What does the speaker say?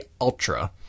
Ultra